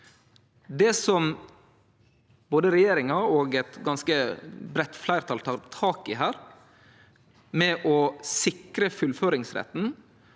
Det både regjeringa og eit ganske breitt fleirtal tek tak i her, med å sikre fullføringsretten,